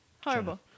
Horrible